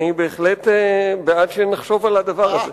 אני בהחלט בעד שנחשוב על הדבר הזה.